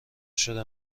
شده